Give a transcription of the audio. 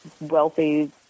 wealthy